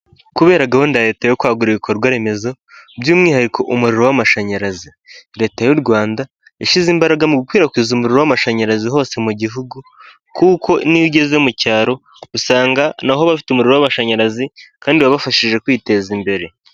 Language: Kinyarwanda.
Kubera gahunda ya leta yo kwagura ibikorwa remezo by'umwihariko umuriro w'amashanyarazi, leta y'u Rwanda yashyize imbaraga mu gukwirakwiza umuriro w'amashanyarazi hose mu gihugu, kuko n'iyo ugeze mu cyaro usanga na ho bafite umuriro w'amashanyarazi kandi wabafashije kwiteza imbere.